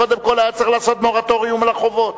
קודם כול היה צריך לעשות מורטוריום של החובות